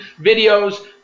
videos